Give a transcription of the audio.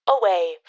away